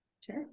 Sure